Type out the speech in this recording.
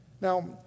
Now